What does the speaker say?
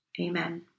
Amen